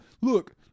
look